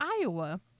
Iowa